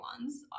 ones